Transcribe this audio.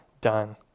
done